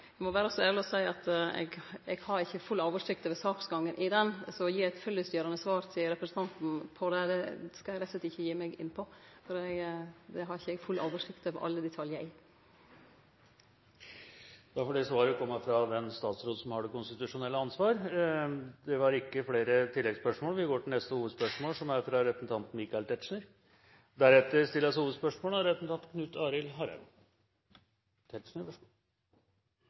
må vere så ærleg å seie at eg ikkje har full oversikt over saksgangen i den. Å gi eit fyllestgjerande svar til representanten på det, skal eg rett og slett ikkje gi meg inn på, for det har eg ikkje full oversikt over alle detaljar i. Da får det svaret komme fra den statsråd som har det konstitusjonelle ansvar. Vi går videre til neste hovedspørsmål. Mitt spørsmål gjelder samme tema, men kanskje fra